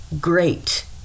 great